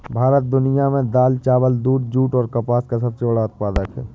भारत दुनिया में दाल, चावल, दूध, जूट और कपास का सबसे बड़ा उत्पादक है